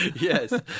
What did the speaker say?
Yes